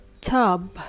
tub